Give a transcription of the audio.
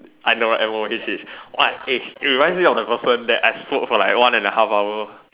I know what this is what it reminds me of the purpose that I spoke for like one and a half hour